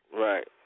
Right